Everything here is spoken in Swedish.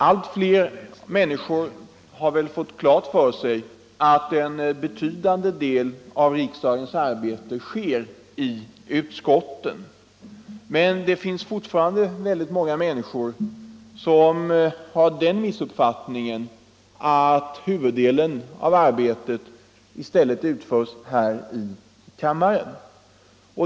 Allt fler människor har väl fått klart för sig att en betydande del av riksdagens arbete sker i utskotten, men det finns fortfarande väldigt många människor som har den missuppfattningen att huvuddelen av arbetet i stället utförs här i kammaren.